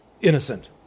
innocent